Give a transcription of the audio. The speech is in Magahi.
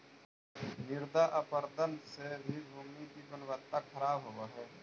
मृदा अपरदन से भी भूमि की गुणवत्ता खराब होव हई